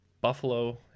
Buffalo